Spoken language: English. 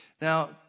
Now